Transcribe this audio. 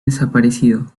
desaparecido